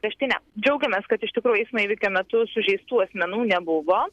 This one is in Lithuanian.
areštinę džiaugiamės kad iš tikrųjų eismo įvykio metu sužeistų asmenų nebuvo